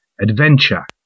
adventure